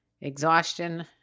exhaustion